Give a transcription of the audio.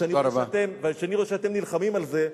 כשאני רואה שאתם נלחמים על זה,